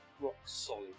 rock-solid